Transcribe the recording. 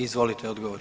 Izvolite odgovor.